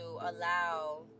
allow